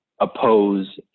oppose